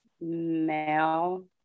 male